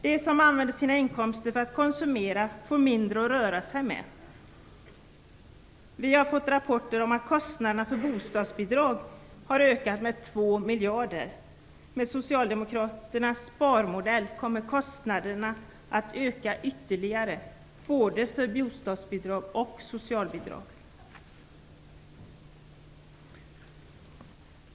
De som använder sina inkomster för att konsumera får mindre att röra sig med. Vi har fått rapporter om att kostnaderna för bostadsbidrag har ökat med 2 miljarder. Med socialdemokraternas sparmodell kommer kostnaderna att öka ytterligare både för bostadsbidrag och för socialbidrag.